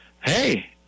hey